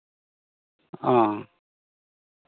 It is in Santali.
ᱚ